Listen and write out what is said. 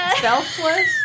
Selfless